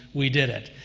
we did it,